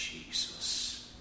Jesus